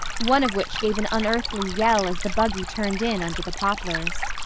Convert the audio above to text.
one of which gave an unearthly yell as the buggy turned in under the poplars.